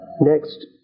Next